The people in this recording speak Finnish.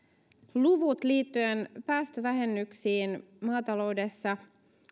luvut liittyen päästövähennyksiin maataloudessa